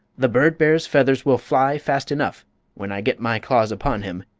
the bird-bear's feathers will fly fast enough when i get my claws upon him!